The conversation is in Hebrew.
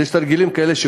עושים תרגילים כאלה.